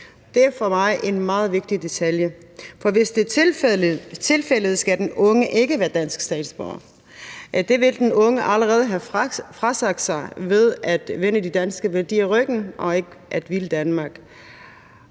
Det er for mig en meget vigtig detalje. For hvis det er tilfældet, skal den unge ikke være dansk statsborger. Det vil den unge allerede have frasagt sig ved at vende de danske værdier ryggen og ikke at ville Danmark.